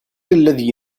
الذي